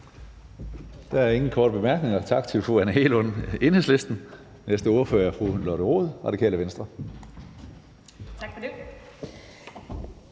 Der er ingen korte bemærkninger. Tak til fru Anne Hegelund,